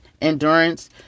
endurance